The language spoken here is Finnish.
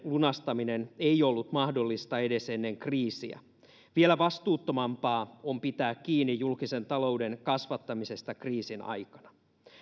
lunastaminen ei ollut mahdollista edes ennen kriisiä vielä vastuuttomampaa on pitää kiinni julkisen talouden kasvattamisesta kriisin aikana